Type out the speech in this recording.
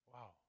Wow